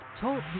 Talk